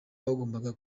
bagombaga